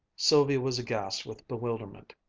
sylvia was aghast with bewilderment.